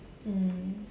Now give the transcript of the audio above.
mm